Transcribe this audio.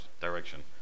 direction